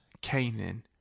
Canaan